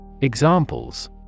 Examples